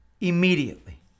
Immediately